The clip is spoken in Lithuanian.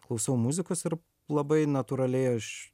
klausau muzikos ir labai natūraliai aš